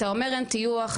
אתה אומר אין טיוח,